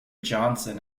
johnson